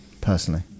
personally